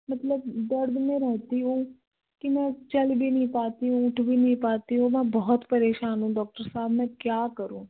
मतलब दर्द में रहती हूँ कि मैं चल भी नहीं पाती हूँ उठ भी नहीं पाती हूँ मैं बहुत परेशान हूँ डॉक्टर साहब में क्या करूँ